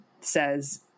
says